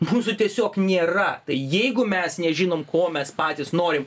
mūsų tiesiog nėra tai jeigu mes nežinom ko mes patys norim